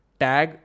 tag